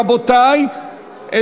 רבותי,